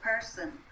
person